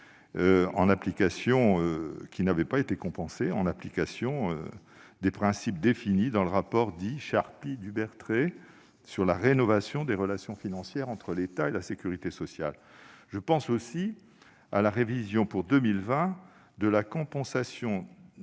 en application des principes définis dans le rapport dit « Charpy-Dubertret » sur la rénovation des relations financières entre l'État et la sécurité sociale. Je pense aussi à la révision pour 2020 de la compensation